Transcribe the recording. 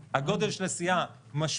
הגודל של הסיעה --- זה לא המצב,